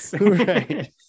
Right